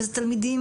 ואלה תלמידים